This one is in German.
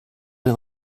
den